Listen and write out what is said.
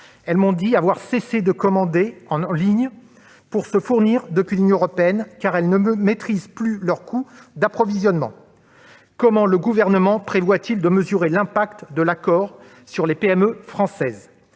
Elles m'ont dit avoir cessé de commander en ligne pour se fournir depuis l'Union européenne, car elles ne maîtrisent plus leurs coûts d'approvisionnement. Comment le Gouvernement prévoit-il de mesurer l'impact de l'accord sur les PME françaises ?